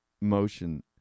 motion